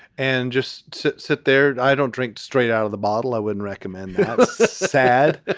and just sit there. i don't drink straight out of the bottle. i wouldn't recommend this sad.